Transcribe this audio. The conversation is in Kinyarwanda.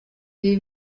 ibi